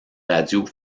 radios